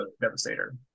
Devastator